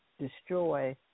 destroy